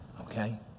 Okay